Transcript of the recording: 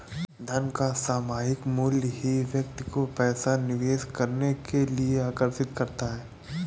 धन का सामायिक मूल्य ही व्यक्ति को पैसा निवेश करने के लिए आर्कषित करता है